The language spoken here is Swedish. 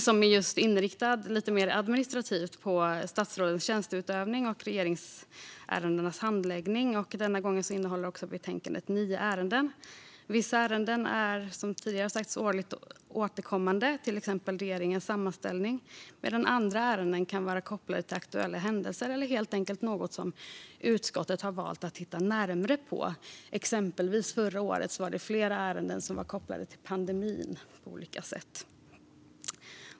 Den är lite mer inriktad på statsrådens administrativa tjänsteutövning och handläggningen av regeringsärendena. Denna gång innehåller betänkandet nio ärenden. Vissa ärenden är som tidigare sagts årligt återkommande, till exempel regeringens sammanställning, medan andra ärenden kan vara kopplade till aktuella händelser eller helt enkelt något som utskottet har valt att titta närmare på. Exempelvis var flera ärenden förra året kopplade till pandemin på olika sätt.